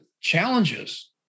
challenges